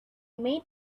made